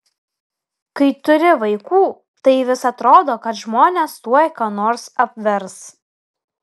kai turi vaikų tai vis atrodo kad žmonės tuoj ką nors apvers